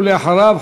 ואחריו,